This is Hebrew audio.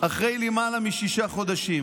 אחרי למעלה משישה חודשים,